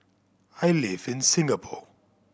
I live in Singapore